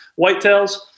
Whitetails